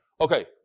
Okay